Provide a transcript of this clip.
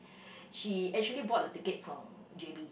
she actually bought the ticket from j_b